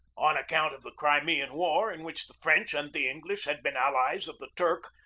on account of the crimean war, in which the french and the english had been allies of the turk,